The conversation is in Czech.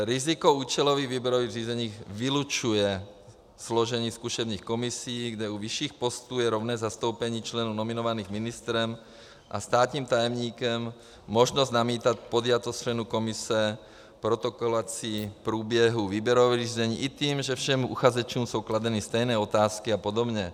Riziko účelových výběrových řízení vylučuje složení zkušebních komisí, kde u vyšších postů je rovné zastoupení členů nominovaných ministrem a státním tajemníkem, možnost namítat podjatost členů komise, protokolace průběhu výběrového řízení, i tím, že všem uchazečům jsou kladeny stejné otázky apod.